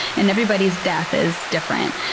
and everybody's death is different.